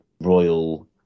royal